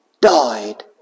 died